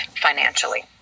financially